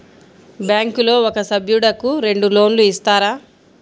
బ్యాంకులో ఒక సభ్యుడకు రెండు లోన్లు ఇస్తారా?